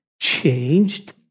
changed